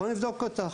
בואי נבדוק אותך,